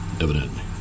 evidently